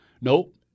Nope